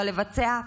אבל לבצע,